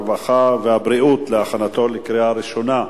הרווחה והבריאות להכנתה לקריאה ראשונה.